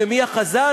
ומי החזן,